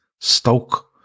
Stoke